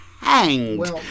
hanged